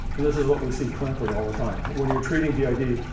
and this is what we see clinically all the time. when you're treating did,